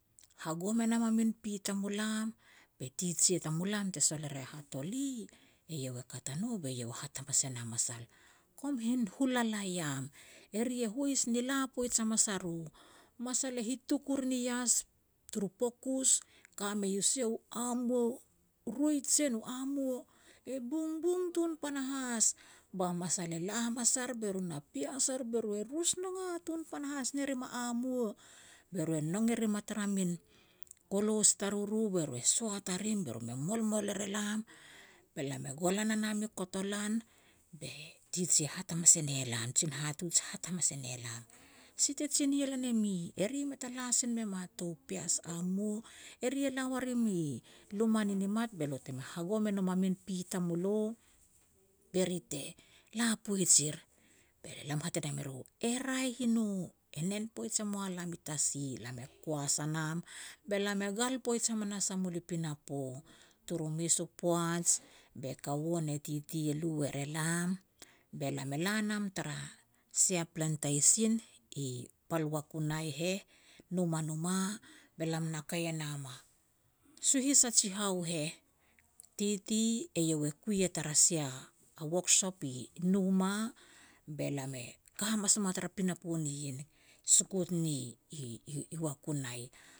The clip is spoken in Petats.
hagom e nam a min pi tamulam, be teacher tamulam te sol e re Hatoli, eiau e kat a no be iau hat hamanas e na masal, "Kom hin hulala iam, eri e hois ne la poij hamas a ro." Masal e hituk u rin ias turu pukus, ka mei u sia u amua u roi jen u amua, e bungbung tun panahas. Ba masal e la hamas a ar be ru na pias er, be ru e rus noga tun panahas ne rim u amua. Be ru e nong e rim a tara min kolos taruru be ru e sot a rim be ru me molmol er elam, be lam e golan a nam i kotolan, be teacher haj hamas e ne lam, jin hihatuj e hat hamas e ne lam. "Si te jine e lan e mi, eri mei ta la sin me ma tou pias amua, eri e la ua rim i luma ni nimat, be lo te hagom e nom a min pi tamulo, be ri te la poij er." Be lam hat e nam eru, "E raeh i no, e nen poij e mua lam i tasi." Be lam e kuas a nam, be lam e gal poij hamanas a mul i pinapo. Turu mes u poaj, be kaua ne titi e lu er elam, be lam e la nam tara sia plantation, i pal Wakunai heh, Numanuma, be lam na kei e nam a suhis a jihau heh. Titi eiau e kui ya tara sia workshop i Numa, be lam e ka hamas mua tara pinapo ni nien, sukut ni i-i-i Wakunai